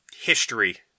history